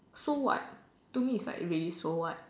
so what to me it's like really so what